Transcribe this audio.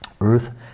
Earth